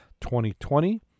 2020